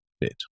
bit